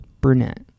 Brunette